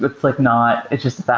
it's like not it's just